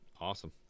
Awesome